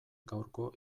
gaurko